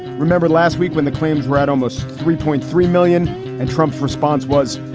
remember last week when the claims were at almost three point three million and trump's response was,